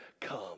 Come